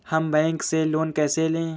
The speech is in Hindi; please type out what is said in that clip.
हम बैंक से लोन कैसे लें?